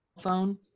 phone